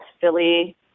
Philly